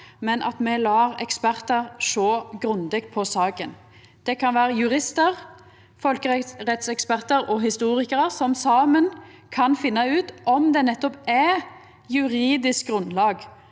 men at me let ekspertar sjå grundig på saka. Det kan vera juristar, folkerettsekspertar og historikarar, som saman kan finna ut om det er juridisk grunnlag